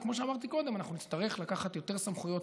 כמו שאמרתי קודם, אנחנו נצטרך לקחת יותר סמכויות